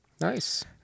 Nice